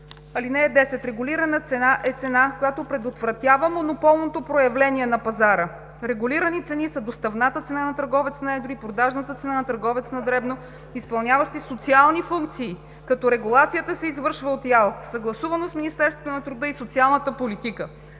(10) Регулирана цена е цена, която предотвратява монополното проявление на пазара. Регулирани цени са доставната цена на търговец на едро и продажната цена на търговец на дребно, изпълняващи социални функции, като регулацията се извършва от ИАЛ, съгласувано с Министерство на труда и социалната политика.